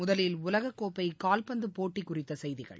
முதலில் உலகக்கோப்பை கால்பந்து போட்டி குறித்த செய்திகள்